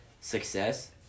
success